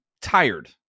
tired